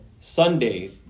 Sunday